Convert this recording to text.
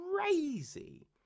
crazy